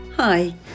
Hi